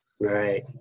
Right